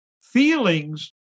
Feelings